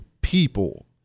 people